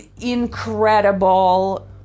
incredible